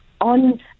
on